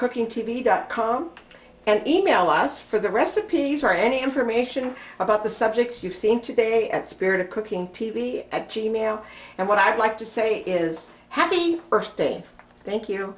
cooking t v dot com and email us for the recipes or any information about the subject you've seen today at spirit of cooking t v and g mail and what i'd like to say is happy birthday thank you